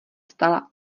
stala